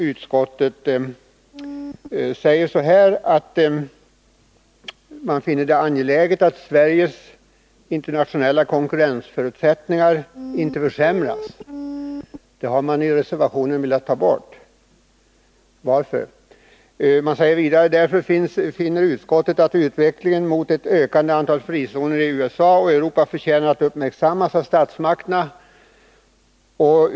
Utskottet ”finner det angeläget att Sveriges internationella konkurrensförutsättningar inte försämras”. Reservanterna vill ta bort den meningen i utskottets skrivning. Jag frågar: Varför? Utskottet säger vidare: ”Därför finner utskottet att utvecklingen mot ett ökande antal frizoner i USA och Europa förtjänar att uppmärksammas av statsmakterna.